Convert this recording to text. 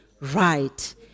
right